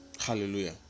Hallelujah